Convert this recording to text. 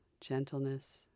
gentleness